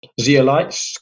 zeolites